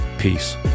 Peace